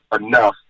enough